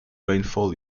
rainfall